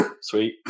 Sweet